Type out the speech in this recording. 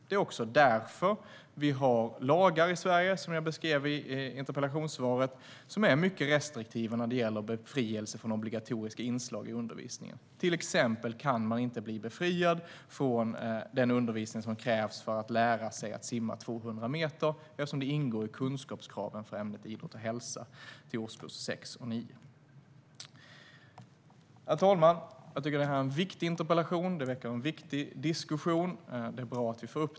Det är också därför som vi - som jag beskrev i interpellationssvaret - har lagar i Sverige som är mycket restriktiva när det gäller befrielse från obligatoriska inslag i undervisningen. Men kan till exempel inte bli befriad från den undervisning som krävs för att lära sig att simma 200 meter, eftersom det ingår i kunskapskraven för ämnet idrott och hälsa i årskurs 6-9. Herr talman! Jag tycker att det här är en viktig interpellation och en viktig diskussion. Det är bra att den tas upp.